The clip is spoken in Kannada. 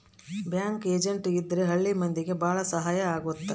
ಬ್ಯಾಂಕ್ ಏಜೆಂಟ್ ಇದ್ರ ಹಳ್ಳಿ ಮಂದಿಗೆ ಭಾಳ ಸಹಾಯ ಆಗುತ್ತೆ